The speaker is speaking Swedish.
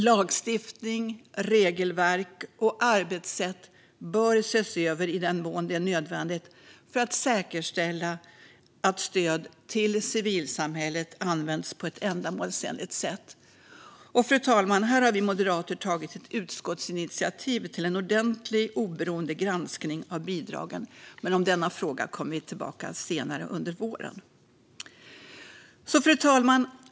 Lagstiftning, regelverk och arbetssätt bör ses över i den mån det är nödvändigt för att säkerställa att stöd till civilsamhället används på ett ändamålsenligt sätt. Fru talman! Här har vi moderater tagit ett utskottsinitiativ till en ordentlig, oberoende granskning av bidragen. Men till denna fråga kommer vi tillbaka senare under våren. Fru talman!